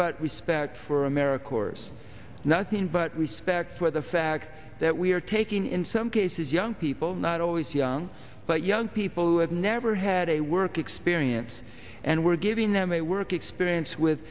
but respect for america corps nothing but respect for the fact that we are taking in some cases young people not always young but young people who have never had a work experience and we're giving them a work experience with